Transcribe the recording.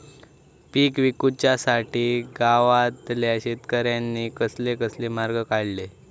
पीक विकुच्यासाठी गावातल्या शेतकऱ्यांनी कसले कसले मार्ग काढले?